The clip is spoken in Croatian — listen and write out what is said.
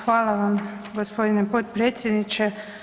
Hvala vam gospodine potpredsjedniče.